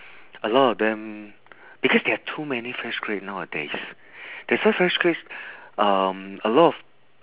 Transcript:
a lot of them because there are too many fresh grad nowadays that's why fresh grads um a lot of